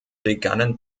begannen